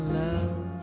love